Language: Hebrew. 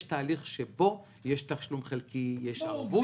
יש תהליך שבו יש תשלום חלקי, יש ערבות.